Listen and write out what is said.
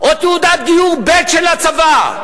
או תעודת גיור ב' של הצבא?